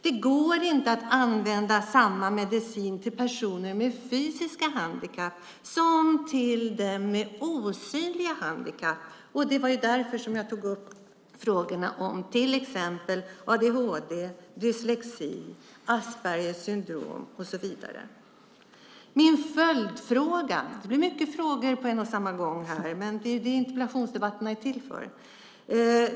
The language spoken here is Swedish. Det går inte att använda samma medicin till personer med fysiska handikapp som till dem med osynliga handikapp. Det var därför jag tog upp frågan om till exempel adhd, dyslexi, Aspergers syndrom och så vidare. Det blir många frågor på samma gång, men det är ju det som interpellationsdebatterna är till för.